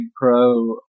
pro